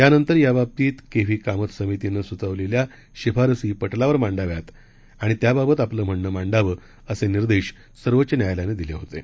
त्यानंतर याबाबतीत K V Kamath समितीनं सूचवलेल्या शिफारसी पटलावर मांडाव्यात आणि त्याबाबत आपलं म्हणणं मांडावं असे निर्देश सर्वोच्च न्यायालयानं दिले होते